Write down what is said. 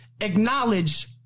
Acknowledge